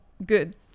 good